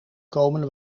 komen